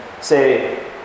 Say